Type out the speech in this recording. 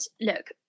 look